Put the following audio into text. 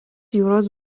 jūros